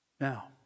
now